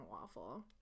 waffle